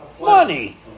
Money